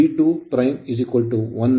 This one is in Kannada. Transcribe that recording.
ಅಲ್ಲಿ V2 192